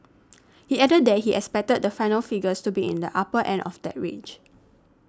he added that he expected the final figures to be in the upper end of that range